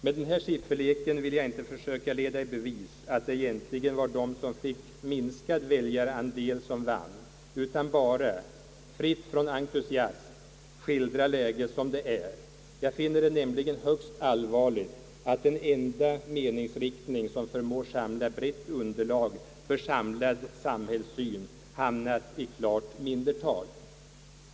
Med denna sifferlek vill jag inte försöka leda i bevis att det egentligen var de som fick minskad väliarandel som vann utan endast, fritt från entusiasm, skildra läget som det är. Jag finner det nämligen högst allvarligt att den enda meningsriktning, som förmår samla brett underlag för samlad samhällssyn, hamnat i klart mindretal.